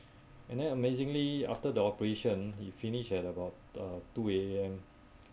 and then amazingly after the operation it finish at about uh two A_M